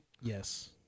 Yes